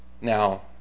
Now